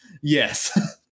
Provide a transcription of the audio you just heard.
Yes